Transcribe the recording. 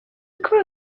grew